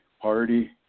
party